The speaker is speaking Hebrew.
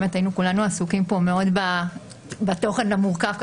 באמת היינו כולנו עסוקים פה מאוד בתוכן המורכב.